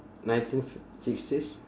nineteen f~ sixties